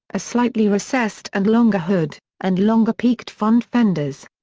a slightly recessed and longer hood, and longer peaked front fenders.